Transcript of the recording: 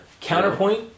Counterpoint